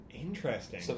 Interesting